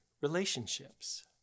relationships